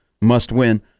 must-win